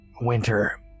Winter